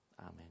Amen